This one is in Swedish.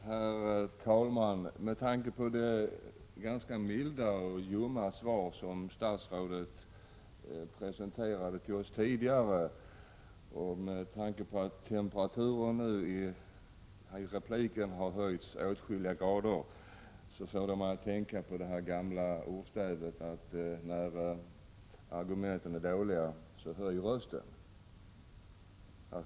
Herr talman! Det ganska milda och ljumma svar som statsrådet presenterade för oss och det faktum att temperaturen hade höjts åtskilliga grader i repliken får mig att tänka på det gamla rådet: När argumenten är dåliga, höj rösten!